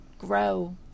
Grow